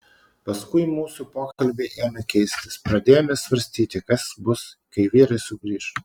paskui mūsų pokalbiai ėmė keistis pradėjome svarstyti kas bus kai vyrai sugrįš